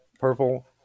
Purple